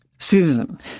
Susan